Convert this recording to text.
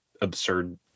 absurd